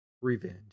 Revenge